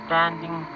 Standing